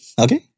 Okay